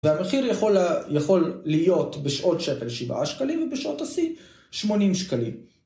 והמחיר יכול להיות בשעות שפל שבעה שקלים ובשעות השיא שמונים שקלים.